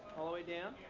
all the way down.